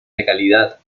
legalidad